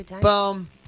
boom